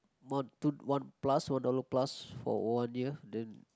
one two one plus four dollar plus for o_r_d ah then